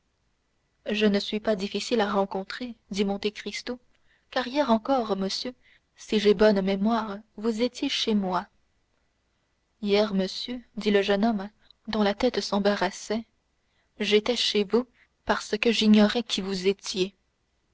je ne suis pas difficile à rencontrer dit monte cristo car hier encore monsieur si j'ai bonne mémoire vous étiez chez moi hier monsieur dit le jeune homme dont la tête s'embarrassait j'étais chez vous parce que j'ignorais qui vous étiez